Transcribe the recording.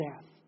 death